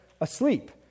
asleep